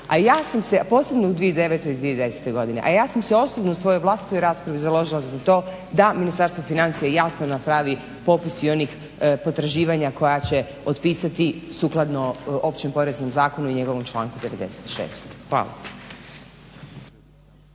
i ja sam se posebno u 2009. i 2010. godini, a ja sam se osobno u svojoj vlastitoj raspravi založila za to da Ministarstvo financija jasno napravi popis i onih potraživanja koja će otpisati sukladno Općem poreznom zakonu i njegovom članku 96. Hvala.